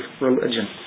religion